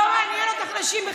לא ידעתי את זה.